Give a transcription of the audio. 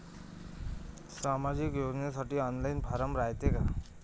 सामाजिक योजनेसाठी online form रायते का?